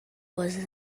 was